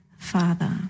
Father